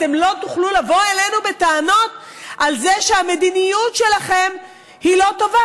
אתם לא תוכלו לבוא אלינו בטענות על זה שהמדיניות שלכם היא לא טובה.